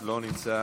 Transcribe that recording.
לא נמצא,